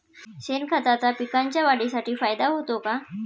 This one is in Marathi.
शेणखताचा पिकांच्या वाढीसाठी फायदा होतो का?